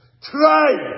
try